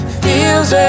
feels